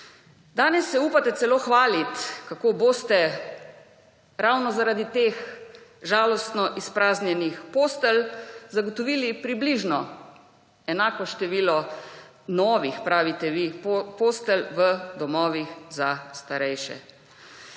Danes se upate celo hvalit, kako boste ravno zaradi teh žalostno izpraznjenih postelj, zagotovili približno enako število novih, pravite vi, postelj v domovih za starejše.